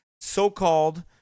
so-called